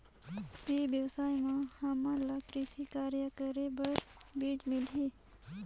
ई व्यवसाय म हामन ला कृषि कार्य करे बर बीजा मिलही?